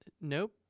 nope